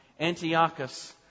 Antiochus